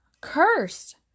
cursed